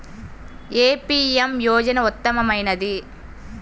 ఏ PM యోజన ఉత్తమమైనది?